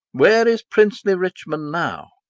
where is princely richmond now?